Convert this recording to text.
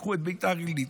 תיקחו את ביתר עילית,